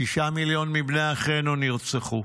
שישה מיליון מבני אחינו נרצחו.